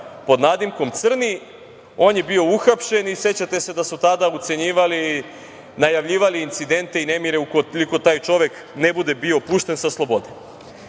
pod nadimkom Crni, on je bio uhapšen i sećate se da su tada ucenjivali, najavljivali incidente i nemire ukoliko taj čovek ne bude bio pušten sa slobode.